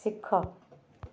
ଶିଖ